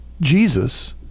Jesus